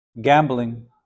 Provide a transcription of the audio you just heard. Gambling